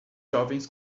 jovens